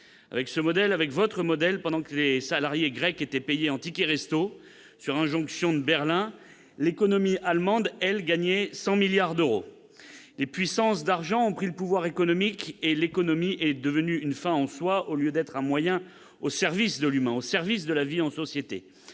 Avec ce modèle, votre modèle, pendant que les salariés grecs, sur injonction de Berlin, étaient payés en tickets restaurant, l'économie allemande gagnait 100 milliards d'euros ! Les puissances d'argent ont pris le pouvoir économique et l'économie est devenue une fin en soin au lieu d'être un moyen au service de l'humain, au service de la vie en société.